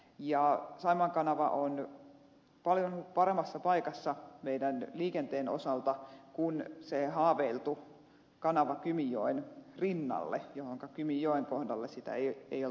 saimaan kanava on paljon paremmassa paikassa meidän liikenteemme osalta kuin se haaveiltu kanava kymijoen rinnalle jota kymijoen kohdalle ei oltaisi rakentamassa